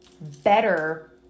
better